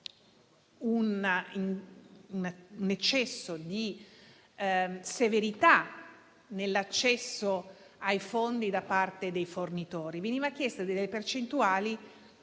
un eccesso di severità nell'accesso ai fondi da parte dei fornitori. Venivano chieste delle percentuali